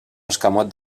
escamot